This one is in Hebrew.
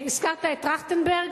הזכרת את טרכטנברג?